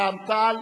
רע"ם-תע"ל,